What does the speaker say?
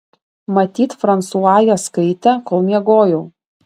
matyt fransua jas skaitė kol miegojau